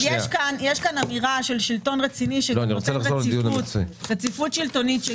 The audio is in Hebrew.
אז יש כאן אמירה של שלטון רציני שנותן רציפות שלטונית,